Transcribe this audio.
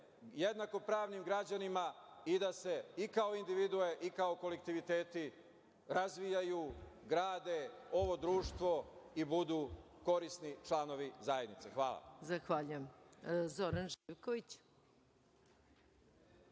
jednako pravnim građanima i da se i kao individue i kao kolektiviteti razvijaju, grade ovo društvo i budu korisni članovi zajednice. Hvala. **Maja Gojković**